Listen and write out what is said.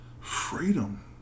freedom